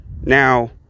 Now